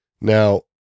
Now